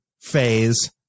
phase